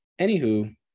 Anywho